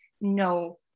no